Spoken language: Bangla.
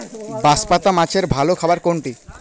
বাঁশপাতা মাছের ভালো খাবার কোনটি?